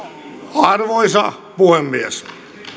arvoisa puhemies